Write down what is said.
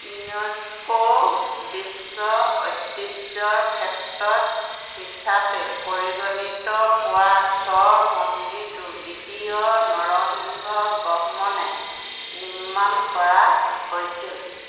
ইন'স্ক'ৰ বিশ্ব ঐতিহ্য ক্ষেত্ৰত হিচাপে পৰিগণিত হোৱা শ্ব'ৰ মন্দিৰটো দ্বিতীয় নৰসিংহ বৰ্মনে নিৰ্মাণ কৰা হৈছিল